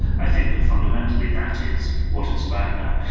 i think that fundamentally that is what it's about now.